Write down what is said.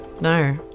No